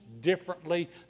differently